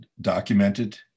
documented